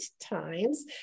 times